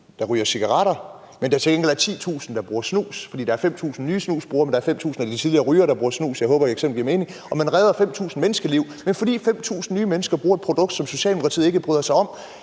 der ryger cigaretter, men hvor der til gengæld er 10.000, der bruger snus, fordi der er 5.000 nye snusbrugere og der er 5.000 af de tidligere rygere, der bruger snus – jeg håber, eksemplet giver mening – og man redder 5.000 menneskeliv? Er det sådan, at fordi 5.000 nye mennesker bruger et produkt, som Socialdemokratiet ikke bryder sig om,